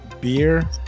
Beer